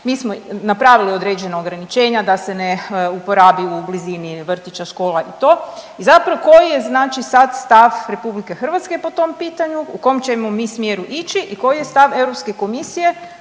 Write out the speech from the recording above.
mi smo napravili određena ograničenja da se ne uporabi u blizini vrtića, škola i to i zapravo koji je znači sad stav RH po tom pitanju u kom ćemo mi smjeru ići i koji je stav Europske komisije